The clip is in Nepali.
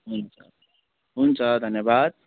हुन्छ हुन्छ धन्यवाद